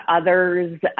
others